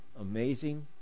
amazing